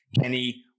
Kenny